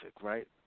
right